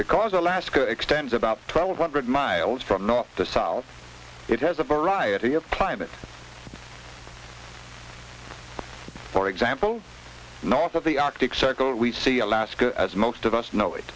because alaska extends about twelve hundred miles from north to solve it has a variety of climate for example north of the arctic circle we see alaska as most of us know it